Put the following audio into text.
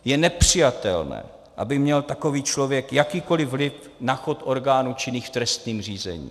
Je nepřijatelné, aby měl takový člověk jakýkoli vliv na chod orgánů činných v trestním řízení.